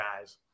guys